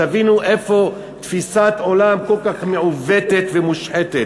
תבינו איזו תפיסת עולם כל כך מעוותת ומושחתת.